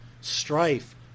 strife